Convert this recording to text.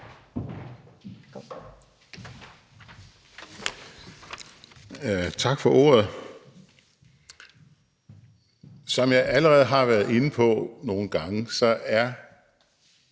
Tak for ordet. Som jeg allerede har været inde på nogle gange, er